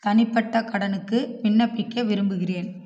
தனிப்பட்ட கடனுக்கு விண்ணப்பிக்க விரும்புகிறேன்